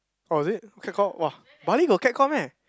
oh is it catcall !wah! Bali got catcall meh